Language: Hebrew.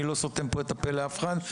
אני לא סותם פה את הפה לאף אחד,